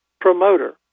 promoter